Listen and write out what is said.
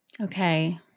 Okay